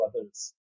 others